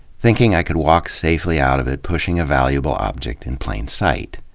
thinking i could walk safely out of it pushing a valuable object in plain sight?